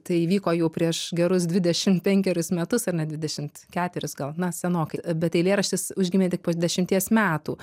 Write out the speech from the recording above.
tai įvyko jau prieš gerus dvidešim penkerius metus ar net dvidešimt keturis gal na senokai bet eilėraštis užgimė tik po dešimties metų